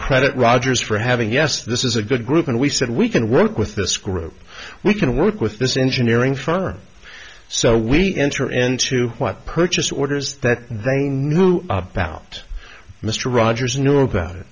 credit rogers for having yes this is a good group and we said we can work with this group we can work with this engine hearing from so we enter into what purchase orders that they knew about mr rogers knew about it